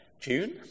June